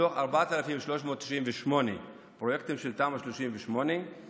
מתוך 4,398 פרויקטים של תמ"א 38 שבוצעו